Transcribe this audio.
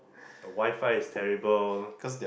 the WiFi is terrible